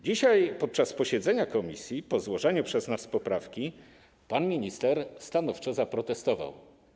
Dzisiaj podczas posiedzenia komisji, po złożeniu przez nas poprawki, pan minister stanowczo zaprotestował.